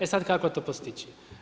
E sad kako to postići?